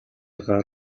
гар